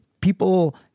people